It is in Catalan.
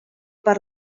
per